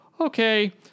Okay